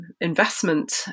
investment